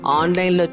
online